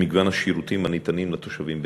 מגוון השירותים הניתנים לתושבים בנצרת.